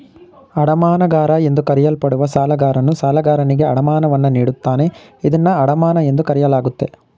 ಅಡಮಾನಗಾರ ಎಂದು ಕರೆಯಲ್ಪಡುವ ಸಾಲಗಾರನು ಸಾಲಗಾರನಿಗೆ ಅಡಮಾನವನ್ನು ನೀಡುತ್ತಾನೆ ಇದನ್ನ ಅಡಮಾನ ಎಂದು ಕರೆಯಲಾಗುತ್ತೆ